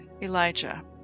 Elijah